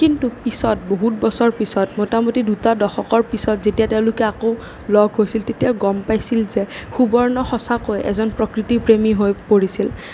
কিন্তু পিছত বহুত বছৰ পিছত মোটামুটি দুটা দশকৰ পিছত যেতিয়া তেওঁলোকে আকৌ লগ হইছিল তেতিয়া গম পাইছিল যে সুবৰ্ণ সঁচাকৈয়ে এজন প্ৰকৃতিপ্ৰেমী হৈ পৰিছিল